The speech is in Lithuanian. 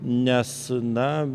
nes na